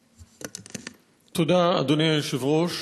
תודה, אדוני היושב-ראש.